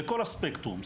בכל הספקטרום.